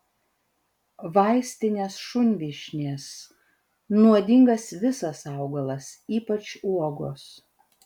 vaistinės šunvyšnės nuodingas visas augalas ypač uogos